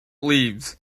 leaves